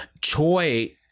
Choi